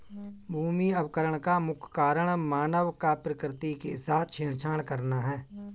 भूमि अवकरण का मुख्य कारण मानव का प्रकृति के साथ छेड़छाड़ करना है